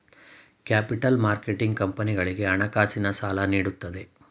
capital marketing ಕಂಪನಿಗಳಿಗೆ ಹಣಕಾಸಿನ ಸಾಲ ನೀಡುತ್ತದೆ